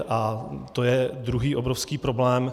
A to je druhý obrovský problém.